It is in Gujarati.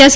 એસ